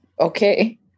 okay